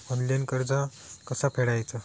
Online कर्ज कसा फेडायचा?